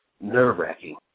nerve-wracking